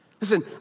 Listen